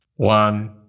One